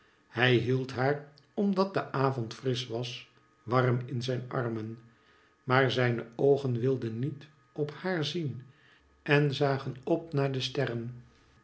hij hield haar omdat de avond frisch was warm in zijn armen maar zijne oogen wilden niet op haar zien en zagen op naar de